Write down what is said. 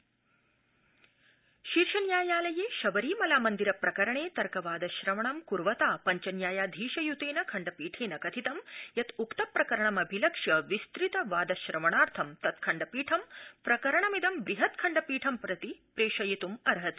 शीर्षन्यायालय शबरीमला शीर्षन्यायालये शबरीमला मन्दिर प्रकरणे तर्कवादश्रवणं कुर्वता पञ्च न्यायाधीशयुतेन खण्डपीठेन कथितं यत् उक्त प्रकरणमभिलक्ष्य विस्तृत वादश्रवणार्थं तत्खण्डपीठं प्रकरणमिदं बृहत्खण्डपीठं प्रति प्रेषयित्ं अर्हति